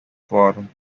farm